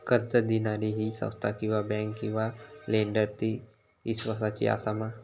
कर्ज दिणारी ही संस्था किवा बँक किवा लेंडर ती इस्वासाची आसा मा?